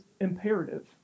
imperative